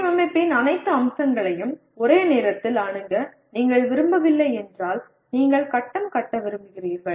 வடிவமைப்பின் அனைத்து அம்சங்களையும் ஒரே நேரத்தில் அணுக நீங்கள் விரும்பவில்லை என்றால் நீங்கள் கட்டம் கட்ட விரும்புகிறீர்கள்